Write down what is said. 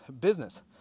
business